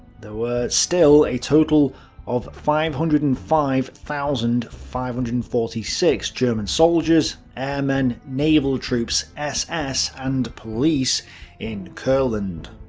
there were still a total of five hundred and five thousand five hundred and forty six german soldiers, airmen, naval troops, ss and police in courland.